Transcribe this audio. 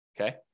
Okay